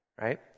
right